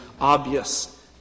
obvious